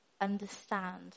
understand